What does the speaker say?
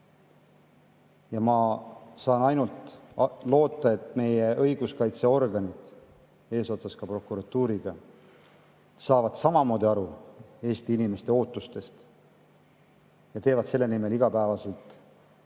Ma saan ainult loota, et meie õiguskaitseorganid eesotsas prokuratuuriga saavad samamoodi aru Eesti inimeste ootustest ja teevad selle nimel igapäevaselt